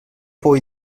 por